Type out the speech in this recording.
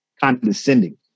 condescending